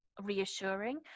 reassuring